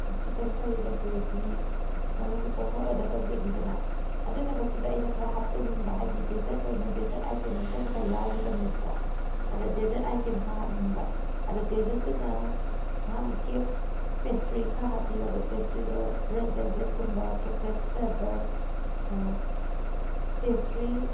chicken ꯀꯔꯤꯗ gravy chicken lollipop ꯈꯔ order ꯇꯧꯖꯈꯤꯗꯅ ꯑꯗꯨꯏ ꯃꯊꯛꯇꯨꯗ ꯑꯩꯅ ꯈꯔ ꯍꯥꯞꯆꯅꯤꯡꯕ ꯍꯥꯏꯗꯤ ꯗꯦꯖꯔꯠꯇ ꯑꯣꯏꯅ ꯗꯦꯖꯔꯠ ꯑꯥꯏꯇꯦꯝ ꯑꯝꯇ ꯉꯁꯥꯏ ꯌꯥꯎꯈꯤꯗꯕꯅꯦꯕꯀꯣ ꯑꯗ ꯗꯦꯖꯔꯠ ꯑꯥꯏꯇꯦꯝ ꯈꯔ ꯍꯥꯞꯅꯤꯡꯕ ꯑꯗ ꯗꯦꯖꯔꯠꯇꯅ ꯑꯍꯥꯝꯕꯗ ꯀꯦꯛ ꯄꯦꯁꯇ꯭ꯔꯤ ꯈꯔ ꯍꯥꯞꯄꯤꯔꯣꯕ ꯄꯦꯁꯇ꯭ꯔꯤꯗꯣ ꯔꯦꯠ ꯚꯦꯜꯚꯦꯠꯀꯨꯝꯕ ꯆꯣꯀ꯭ꯂꯦꯠ ꯐ꯭ꯂꯦꯚꯔ ꯄꯦꯁꯇ꯭ꯔꯤ